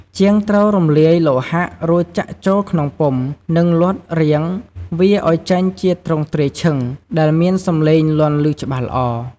ជាងត្រូវរំលាយលោហៈ រួចចាក់ចូលក្នុងពុម្ព និងលត់រាងវាឲ្យចេញជាទ្រង់ទ្រាយឈិង ដែលមានសម្លេងលាន់ឮច្បាស់ល្អ។